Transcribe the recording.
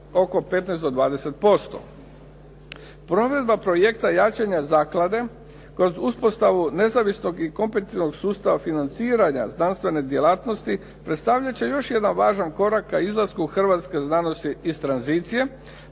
Provedba projekta jačanja zaklade kroz uspostavu nezavisnog i kompetivnog sustava financiranja znanstvene djelatnosti, predstavljat će još jedan važan korak ka izlasku hrvatske znanosti iz tranzicije,